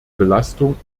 belastung